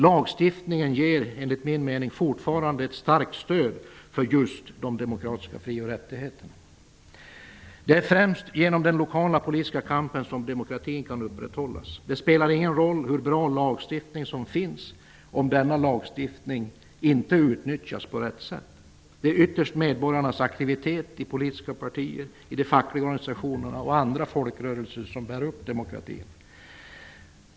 Lagstiftningen ger enligt min mening fortfarande ett starkt stöd för just de demokratiska fri och rättigheterna. Det är främst genom den lokala politiska kampen som demokratin kan upprätthållas. Det spelar ingen roll hur bra lagstiftning som finns, om den inte utnyttjas på rätt sätt. Det är ytterst medborgarnas aktivitet i politiska partier, i fackliga organisationer och andra folrörelser som bär upp demokratin.